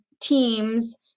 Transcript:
teams